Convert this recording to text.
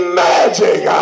magic